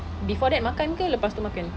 before that makan ke lepas tu makan